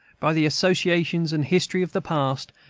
by the associations and history of the past,